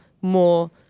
more